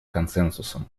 консенсусом